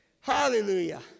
Hallelujah